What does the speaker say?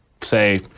say